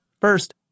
First